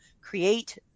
create